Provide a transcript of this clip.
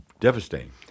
devastating